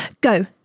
go